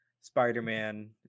spider-man